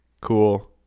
cool